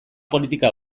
politika